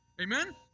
Amen